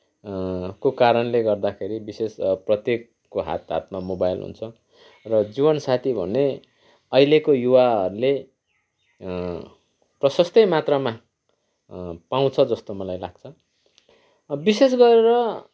को कारणले गर्दाखेरि विशेष प्रत्येकको हात हातमा मोबाइल हुन्छ र जीवन साथी भन्ने अहिलेको युवाहरूले प्रशस्तै मात्रामा पाउँछ जस्तो मलाई लाग्छ विशेष गरेर